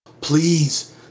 please